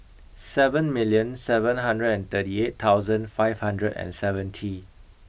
seven million seven hundred and thirty eight thousand five hundred and seventy